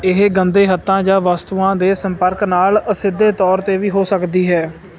ਇਹ ਗੰਦੇ ਹੱਥਾਂ ਜਾਂ ਵਸਤੂਆਂ ਦੇ ਸੰਪਰਕ ਨਾਲ ਅਸਿੱਧੇ ਤੌਰ 'ਤੇ ਵੀ ਹੋ ਸਕਦੀ ਹੈ